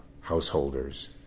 householders